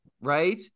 right